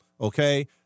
okay